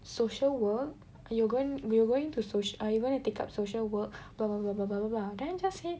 social work you going you going to soc~ uh you gonna take up social work blah blah blah blah blah then I just say